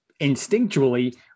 instinctually